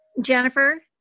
Jennifer